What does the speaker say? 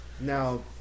Now